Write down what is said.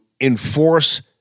enforce